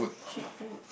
cheap food